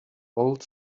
old